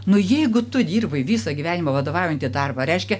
nu jeigu tu dirbai visą gyvenimą vadovaujantį darbą reiškia